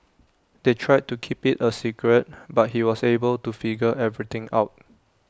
they tried to keep IT A secret but he was able to figure everything out